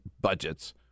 budgets